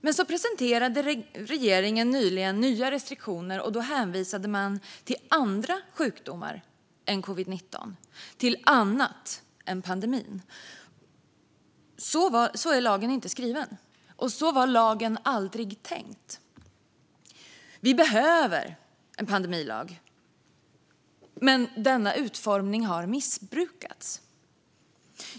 Men så presenterade regeringen nyligen nya restriktioner och hänvisade då till andra sjukdomar än covid-19 - till annat än pandemin. Så är lagen inte skriven, och så var den aldrig tänkt. Vi behöver en pandemilag, men dess utformning har missbrukats.